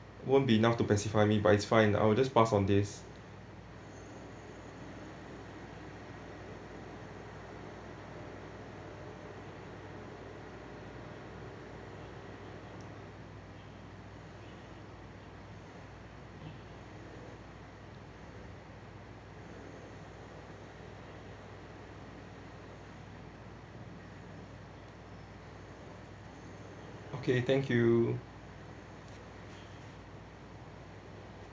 won't be enough to pacify me but it's fine I will just pass on this okay thank you